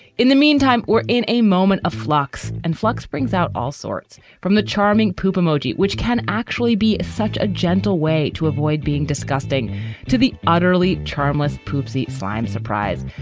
in the meantime, we're in a moment of flux, and flux brings out all sorts from the charming poop emoji, which can actually be such a gentle way to avoid being disgusting to the utterly charmless poopsie slime surprise,